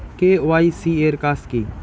KYC এর কাজ কি?